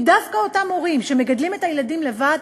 כי דווקא אותם הורים שמגדלים את הילדים לבד,